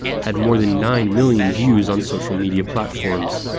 had more than nine million views on social media platforms.